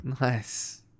Nice